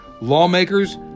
Lawmakers